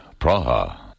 Praha